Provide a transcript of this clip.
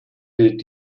gilt